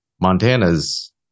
Montana's